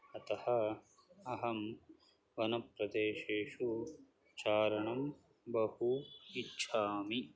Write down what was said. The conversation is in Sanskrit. अतः अहं वनप्रदेशेषु चारणं बहु इच्छामि